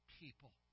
people